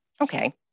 Okay